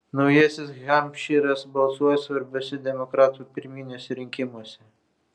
naujasis hampšyras balsuoja svarbiuose demokratų pirminiuose rinkimuose